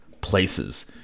places